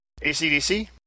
ACDC